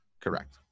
correct